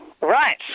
Right